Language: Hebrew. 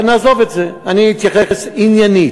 אבל נעזוב את זה, אני אתייחס עניינית.